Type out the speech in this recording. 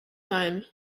time